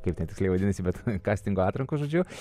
kaip ten tiksliai vadinasi bet kastingo atrankos žodžiu